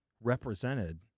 represented